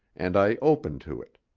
and i opened to it.